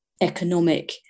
economic